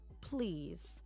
please